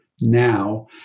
now